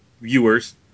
viewers